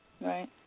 Right